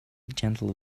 gentle